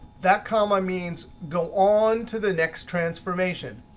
that comma means go on to the next transformation.